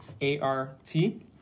A-R-T